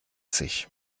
sich